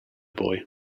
boy